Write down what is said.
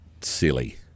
silly